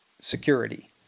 security